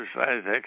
exercise